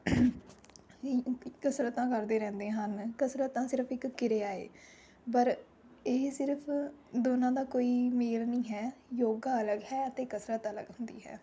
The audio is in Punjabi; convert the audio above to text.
ਕਸਰਤਾਂ ਕਰਦੇ ਰਹਿੰਦੇ ਹਨ ਕਸਰਤਾਂ ਸਿਰਫ ਇੱਕ ਕਿਰਿਆ ਹੈ ਪਰ ਇਹ ਸਿਰਫ਼ ਦੋਨਾਂ ਦਾ ਕੋਈ ਮੇਲ ਨਹੀਂ ਹੈ ਯੋਗਾ ਅਲੱਗ ਹੈ ਅਤੇ ਕਸਰਤ ਅਲੱਗ ਹੁੰਦੀ ਹੈ